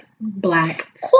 Black